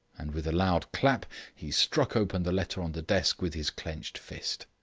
and with a loud clap he struck open the letter on the desk with his clenched fist.